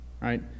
right